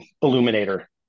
illuminator